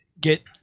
get